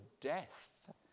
death